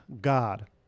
God